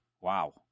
wow